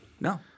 No